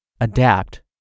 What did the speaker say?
adapt